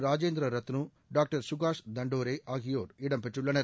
Rajendra Ratnu doctor Sukash Dandore ஆகியோர் இடம் பெற்றுள்ளனர்